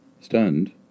Stunned